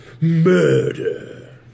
Murder